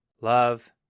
love